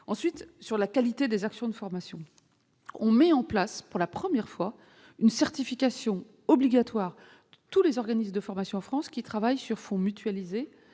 de la qualité des actions de formation, nous mettons pour la première fois en place une certification obligatoire de tous les organismes de formation en France qui travaillent sur fonds mutualisés